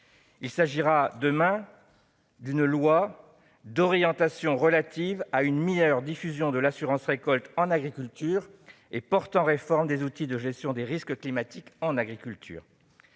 Il s'agira, demain, d'une loi d'orientation relative à une meilleure diffusion de l'assurance récolte en agriculture et portant réforme des outils de gestion des risques climatiques en agriculture.